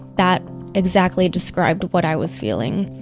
that exactly described what i was feeling.